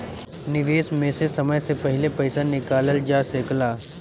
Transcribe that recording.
निवेश में से समय से पहले पईसा निकालल जा सेकला?